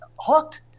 hooked